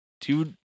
dude